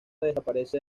desaparece